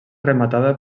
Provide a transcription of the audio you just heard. rematada